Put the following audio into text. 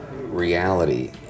reality